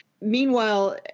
Meanwhile